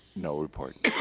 no report.